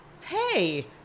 Hey